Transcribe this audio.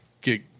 get